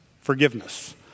Forgiveness